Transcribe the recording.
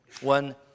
One